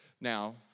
Now